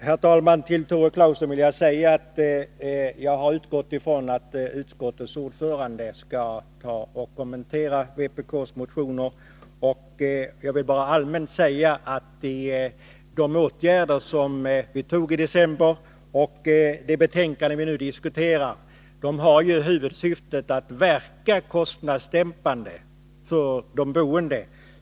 Herr talman! Till Tore Claeson vill jag säga att jag har utgått ifrån att utskottets ordförande skall kommentera vpk:s motioner. Jag vill bara allmänt säga att de åtgärder som vi beslöt i december och det betänkande vi nu diskuterar har huvudsyftet att verka kostnadsdämpande för de boende.